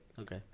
Okay